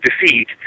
defeat